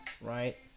right